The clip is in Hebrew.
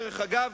דרך אגב,